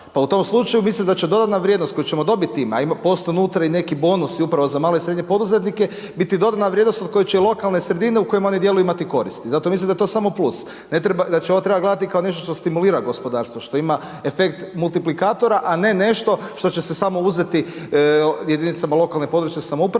Pa u tom slučaju mislim da će dodatna vrijednost koju ćemo dobiti time, a postoje unutra i neki bonusi upravo za male i srednje poduzetnike biti dodana vrijednost od koje će i lokalne sredine u kojima oni djeluju imati koristi. Zato mislim da je je to samo plus, znači ovo treba gledati kao nešto što stimulira gospodarstvo, što ima efekt multiplikatora, a ne nešto što će se samo uzeti jedinicama lokalne i područne samouprave